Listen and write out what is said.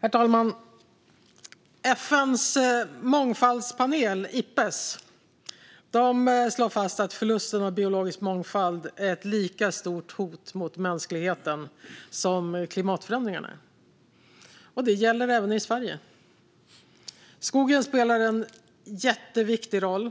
Herr talman! FN:s mångfaldspanel Ipbes slår fast att förlusten av biologisk mångfald är ett lika stort hot mot mänskligheten som klimatförändringarna, och det gäller även i Sverige. Skogen spelar en jätteviktig roll